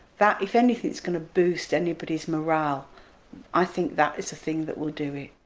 that, if anything, is going to boost anybody's morale i think that is a thing that will do it.